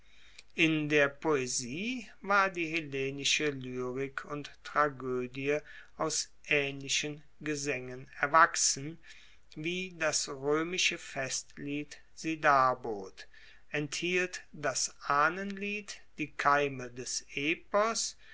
in der poesie war die hellenische lyrik und tragoedie aus aehnlichen gesaengen erwachsen wie das roemische festlied sie darbot enthielt das ahnenlied die keime des epos